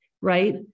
right